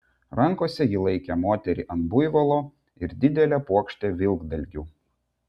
rankose ji laikė moterį ant buivolo ir didelę puokštę vilkdalgių